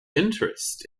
interest